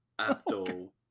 Abdul